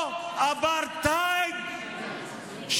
או אפרטהייד,